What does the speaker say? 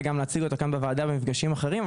וגם להציג אותו בוועדה כאן במפגשים אחרים.